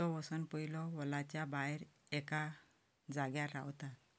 तो वचून पयलो हॉलाच्या भायर एका जाग्यार रावता